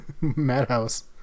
Madhouse